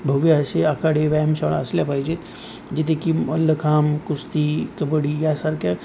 भव्य असे आखाडे व्यायामशाळा असल्या पाहिजेत जिथे की मल्लखांब कुस्ती कबड्डी यासारख्या